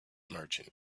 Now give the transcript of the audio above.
merchant